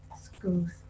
schools